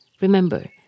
Remember